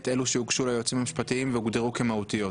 אלו שהוגשו ליועצים המשפטיים והוגדרו כמהותיות.